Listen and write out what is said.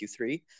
Q3